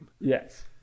Yes